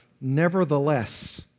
nevertheless